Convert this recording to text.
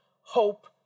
hope